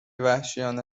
وحشیانه